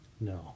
no